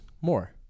more